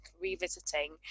revisiting